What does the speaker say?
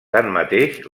tanmateix